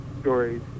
stories